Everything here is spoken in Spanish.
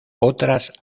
otras